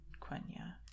Quenya